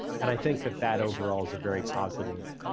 and i think that that overall is a very positive